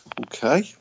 Okay